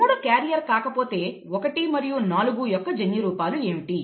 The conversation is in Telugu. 3 క్యారియర్ కాకపోతే 1 మరియు 4 యొక్క జన్యు రూపాలు ఏమిటి